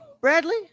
Bradley